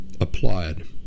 applied